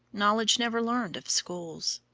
knowledge never learned of schools,